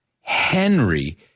Henry